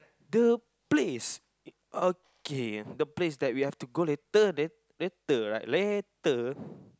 the place okay the place that we have to go later later right later